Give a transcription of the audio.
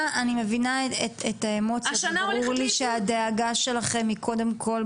את האמוציות וברור לי שהדאגה שלכם היא קודם כל,